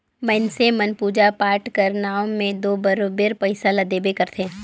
मइनसे मन पूजा पाठ कर नांव में दो बरोबेर पइसा ल देबे करथे